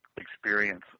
experience